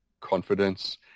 confidence